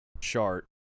chart